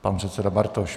Pan předseda Bartoš.